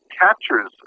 captures